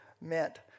meant